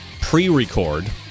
pre-record